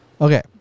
Okay